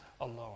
alone